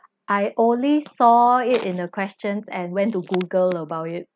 I only saw it in the questions and went to google about it